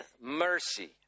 mercy